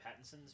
Pattinson's